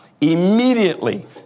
Immediately